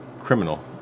criminal